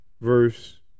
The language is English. verse